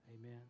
Amen